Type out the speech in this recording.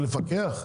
לפקח?